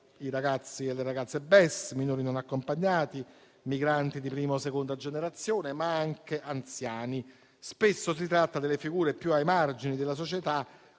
Ragazzi e ragazze BES, minori non accompagnati, migranti di prima o seconda generazione, ma anche anziani: spesso si tratta delle figure più ai margini della società,